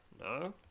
No